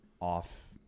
off